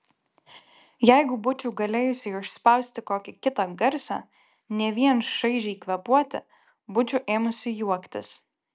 jeigu būčiau galėjusi išspausti kokį kitą garsą ne vien šaižiai kvėpuoti būčiau ėmusi juoktis